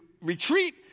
retreat